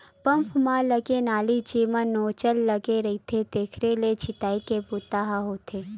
pump म लगे नली जेमा नोजल लगे रहिथे तेखरे ले छितई के बूता ह होथे